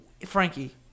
Frankie